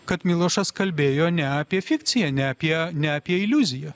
kad milošas kalbėjo ne apie fikciją ne apie ne apie iliuziją